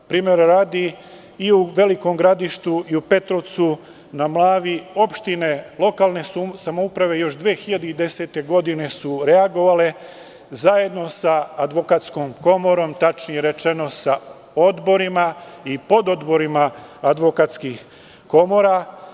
Primera radi, i u Velikom Gradištu i u Petrovcu na Mlavi opštine lokalne samouprave još 2010. godine su reagovale zajedno sa advokatskom komorom, tačnije rečeno sa odborima i pododborima advokatskih komora.